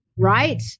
right